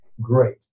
Great